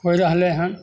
होइ रहलै हन